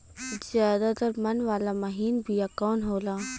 ज्यादा दर मन वाला महीन बिया कवन होला?